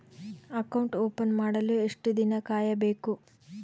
Account open ಮಾಡಲು ಎಷ್ಟು ದಿನ ಕಾಯಬೇಕು?